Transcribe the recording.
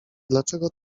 dlaczego